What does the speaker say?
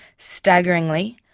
staggeringly,